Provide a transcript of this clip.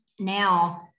now